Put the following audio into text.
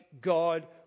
God